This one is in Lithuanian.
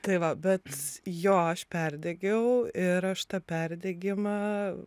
tai va bet jo aš perdegiau ir aš tą perdegimą